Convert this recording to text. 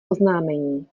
oznámení